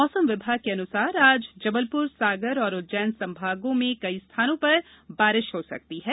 मौसम विभाग के अनुसार आज जबलपुर सागर और उज्जैन संभागों में कई स्थानों पर बारिश हो सकती है